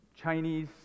Chinese